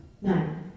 Nine